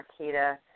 Marquita